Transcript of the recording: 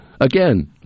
again